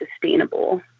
sustainable